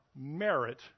merit